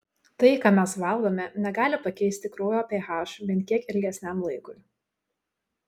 tai ką mes valgome negali pakeisti kraujo ph bent kiek ilgesniam laikui